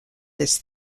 this